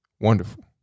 Wonderful